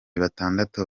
batandatu